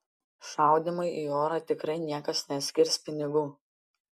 šaudymui į orą tikrai niekas neskirs pinigų